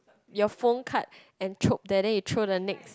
your phone card and chalk then that you throw the next